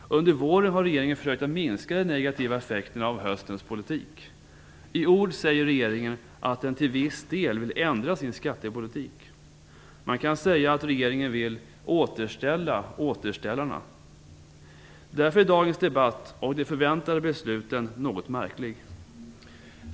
Under våren har regeringen försökt att minska de negativa effekterna av höstens politik. I ord säger regeringen att den till viss del vill ändra sin skattepolitik. Man kan säga att regeringen vill "återställa återställarna". Därför är dagens debatt och de förväntade besluten något märkliga.